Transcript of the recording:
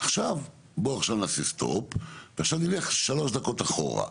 בוא עכשיו נעשה סטופ ונלך שלוש דקות אחורה.